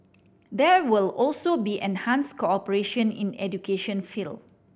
there will also be enhanced cooperation in education field